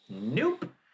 Nope